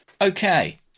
Okay